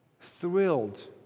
thrilled